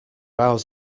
ours